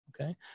okay